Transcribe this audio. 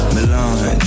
Milan